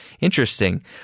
interesting